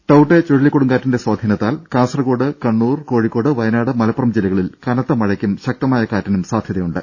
ടൌട്ടെ ചുഴലിക്കൊടുങ്കാറ്റിന്റെ സ്വാധീനത്താൽ കാസർകോട് കണ്ണൂർ കോഴിക്കോട് വയനാട് മലപ്പുറം ജില്ലകളിൽ കനത്ത മഴയ്ക്കും ശക്തമായ കാറ്റിനും സാധ്യതയുണ്ട്